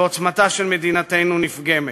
ועוצמתה של מדינתנו נפגמת.